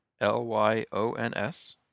L-Y-O-N-S